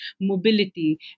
mobility